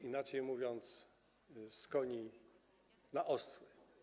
Inaczej mówiąc: z koni na osły.